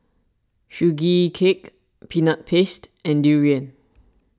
Sugee Cake Peanut Paste and Durian